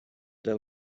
del